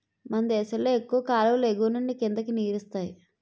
మనదేశంలో ఎక్కువ కాలువలు ఎగువనుండి కిందకి నీరిస్తాయి